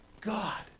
God